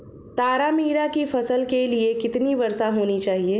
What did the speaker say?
तारामीरा की फसल के लिए कितनी वर्षा होनी चाहिए?